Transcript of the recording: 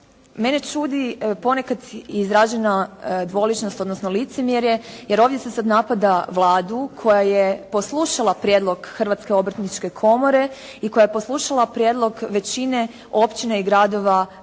Mene čudi ponekad izražena dvoličnost odnosno licemjerje, jer ovdje se sad napada Vladu koja je poslušala prijedlog Hrvatske obrtničke komore i koja je poslušala prijedlog većine općina i gradova u